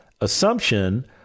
assumption